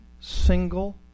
single